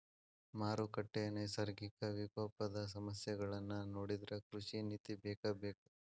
ಮಾರುಕಟ್ಟೆ, ನೈಸರ್ಗಿಕ ವಿಪಕೋಪದ ಸಮಸ್ಯೆಗಳನ್ನಾ ನೊಡಿದ್ರ ಕೃಷಿ ನೇತಿ ಬೇಕಬೇಕ